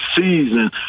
season